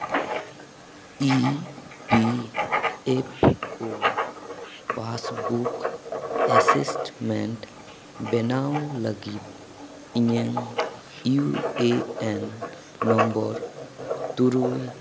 E P F O passbook ᱮᱥᱮᱥᱴᱢᱮᱱᱴ ᱵᱮᱱᱟᱣ ᱞᱟᱹᱜᱤᱫ ᱤᱧᱟᱹᱝ ᱤᱭᱩ ᱮᱹ ᱮᱹᱱ ᱱᱚᱢᱵᱚᱨ ᱛᱩᱨᱩᱭ